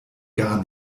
gar